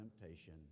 temptation